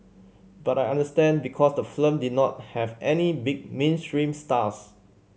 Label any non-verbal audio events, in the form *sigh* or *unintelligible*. but I understand because the *unintelligible* did not have any big mainstream stars